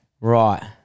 Right